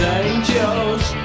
angels